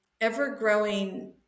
ever-growing